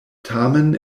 tamen